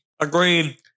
Agreed